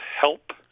help